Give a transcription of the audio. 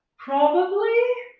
probably.